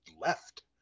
left